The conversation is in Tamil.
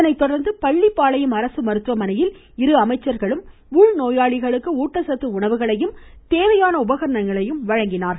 இதனைத்தொடர்ந்து பள்ளிப்பாளையம் அரசு மருத்துவமனையில் இரு அமைச்சர்களும் உள்நோயாளிகளுக்கு ஊட்டச்சத்து உணவுகளையும் தேவையான உபகரணங்களையும் வழங்கினர்